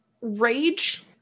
rage